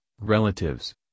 relatives